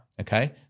Okay